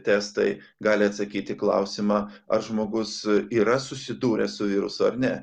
testai gali atsakyti į klausimą ar žmogus yra susidūręs su virusu ar ne